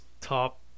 top